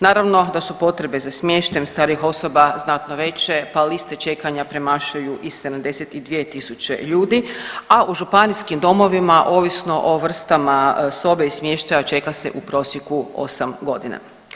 Naravno da su potrebe za smještajem starijih osoba znatno veće, pa liste čekanja premašuju i 72000 ljudi, a u županijskim domovima ovisno o vrstama sobe i smještaja čeka se u prosjeku 8 godina.